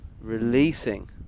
releasing